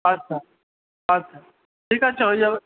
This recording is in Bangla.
আচ্ছা আচ্ছা ঠিক আছে হয়ে যাবে